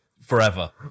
forever